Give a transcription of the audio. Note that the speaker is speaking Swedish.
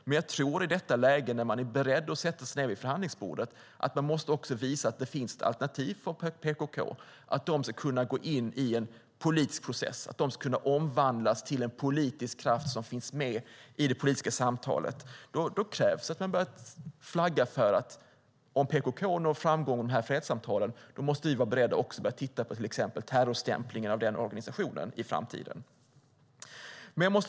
Men i detta läge, när man är beredd att sätta sig vid förhandlingsbordet, måste man visa att det finns ett alternativ för PKK. Det handlar om att PKK ska kunna gå in i en politisk process och omvandlas till en politisk kraft som finns med i samtalet. Då måste man flagga för att om PKK når framgång i fredssamtalen ska vi vara beredda att också titta på till exempel terroriststämplingen av den organisationen i framtiden.